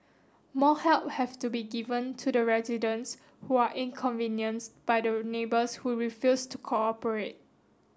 more help have to be given to the residents who are inconvenienced by neighbours who refuse to cooperate